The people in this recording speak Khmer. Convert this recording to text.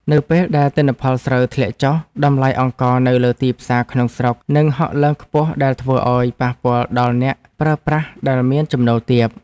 នៅពេលដែលទិន្នផលស្រូវធ្លាក់ចុះតម្លៃអង្ករនៅលើទីផ្សារក្នុងស្រុកនឹងហក់ឡើងខ្ពស់ដែលធ្វើឱ្យប៉ះពាល់ដល់អ្នកប្រើប្រាស់ដែលមាន ចំណូលទាប។